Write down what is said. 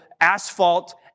asphalt